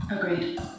Agreed